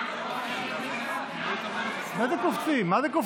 מה זה קופצים?